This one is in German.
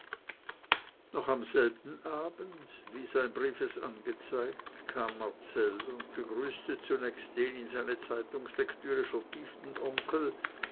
noch am selben abend wie sein brief es angezeigt kam marcell und begrüßte zunächst den in seine zeitungslektüre vertieften onkel